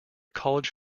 college